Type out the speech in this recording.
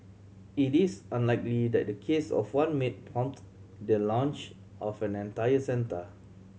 it is unlikely that the case of one maid prompt the launch of an entire centre